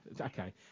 okay